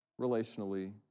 relationally